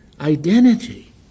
identity